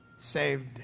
saved